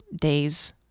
days